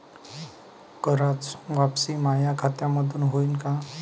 कराच वापसी माया खात्यामंधून होईन का?